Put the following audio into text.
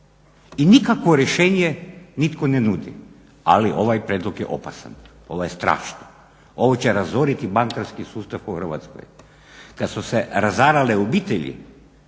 i nikakvo rješenje nitko ne nudi, ali ovaj prijedlog je opasan, ovo je strašno, ovo će razoriti bankarski sustav u Hrvatskoj. Kad su se razarale obitelji,